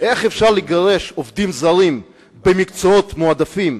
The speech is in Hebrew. איך אפשר לגרש עובדים זרים במקצועות מועדפים,